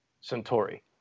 Centauri